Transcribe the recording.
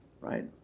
right